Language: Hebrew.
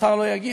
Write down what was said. מחר לא יגיע.